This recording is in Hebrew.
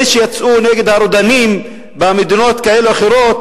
אלה שיצאו נגד הרודנים במדינות כאלה ואחרות